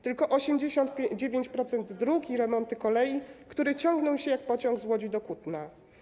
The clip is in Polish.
Tylko 89% dróg i remonty kolei, które ciągną się jak pociąg z Łodzi do Kutna.